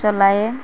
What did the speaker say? ଚଲାଏ